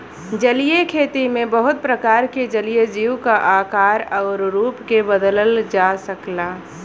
जलीय खेती में बहुत प्रकार के जलीय जीव क आकार आउर रूप के बदलल जा सकला